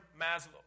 Maslow